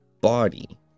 body